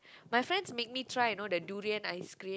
my friends make me try you know the durian ice cream